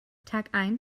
tagein